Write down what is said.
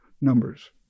numbers